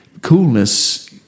coolness